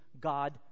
God